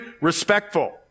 respectful